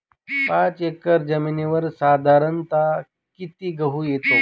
पाच एकर जमिनीवर साधारणत: किती गहू येतो?